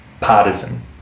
partisan